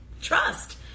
trust